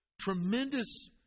tremendous